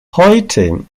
heute